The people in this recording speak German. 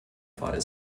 fall